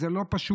זה לא פשוט.